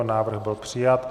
Návrh byl přijat.